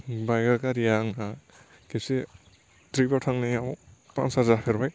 bike आ गारिया आंना खेबसे ट्रिप आव थांनायाव फामसार जाफेरबाय